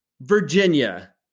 Virginia